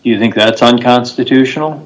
you think that's unconstitutional